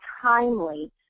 timely